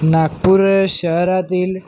नागपूर शहरातील